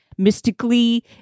mystically